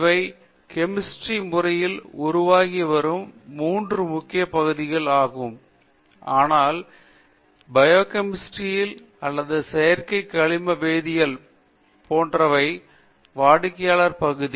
இவை கெமிஸ்ட்ரி முறையில் உருவாகி வரும் மூன்று முக்கிய பகுதிகள் ஆகும் ஆனால் செயற்கை பயோகெமிஸ்ட்ரி ல் அல்லது செயற்கை கனிம வேதியியல் போன்றவை வாடிக்கையாளர் பகுதி